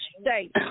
state